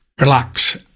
relax